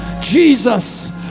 Jesus